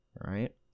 Right